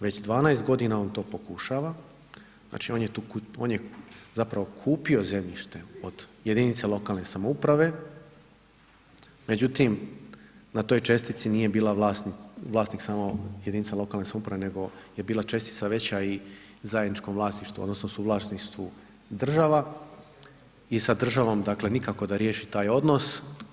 Već 12 godina on to pokušava, znači on je zapravo kupio zemljište od jedinica lokalne samouprave, međutim na toj čestici nije bila vlasnik samo jedinica lokalne samouprave nego je bila čestica veća i zajedničkom vlasništvu, odnosno suvlasništvu država i sa državom dakle nikako da riješi taj odnos.